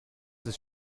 ist